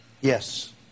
Yes